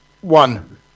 one